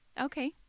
Okay